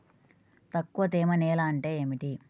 తక్కువ తేమ నేల అంటే ఏమిటి?